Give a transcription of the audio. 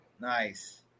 Nice